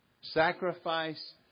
sacrifice